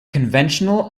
conventional